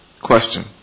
question